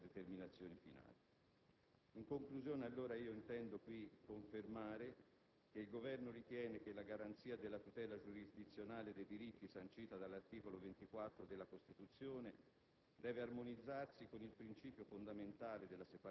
tenendo conto della solidarietà espressa, di giungere alle sue determinazioni finali. In conclusione, intendo in questa sede confermare che il Governo ritiene che la garanzia della tutela giurisdizionale dei diritti, sancita dall'articolo 24 della Costituzione,